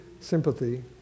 sympathy